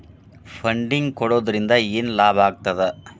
Funding ಕೊಡೊದ್ರಿಂದಾ ಏನ್ ಲಾಭಾಗ್ತದ?